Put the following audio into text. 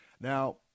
Now